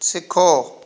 ਸਿੱਖੋ